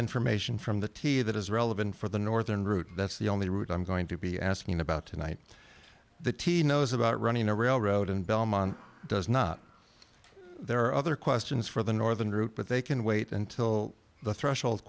information from the t v that is relevant for the northern route that's the only route i'm going to be asking about tonight the tea knows about running a railroad in belmont does not there are other questions for the northern route but they can wait until the threshold